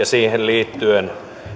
siihen liittyen